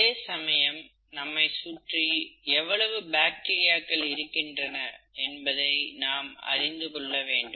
அதே சமயம் நம்மை சுற்றி எவ்வளவு பாக்டீரியாக்கள் இருக்கின்றன என்பதை நாம் அறிந்து கொள்ள வேண்டும்